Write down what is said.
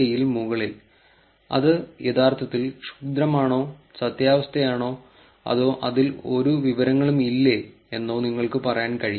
യിൽ മുകളിൽ അത് യഥാർത്ഥത്തിൽ ക്ഷുദ്രമാണോ സത്യാവസ്ഥ ആണോ അതോ അതിൽ ഒരു വിവരങ്ങളും ഇല്ലേ എന്നോ നിങ്ങൾക്ക് പറയാൻ കഴിയില്ല